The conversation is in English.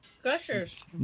Gushers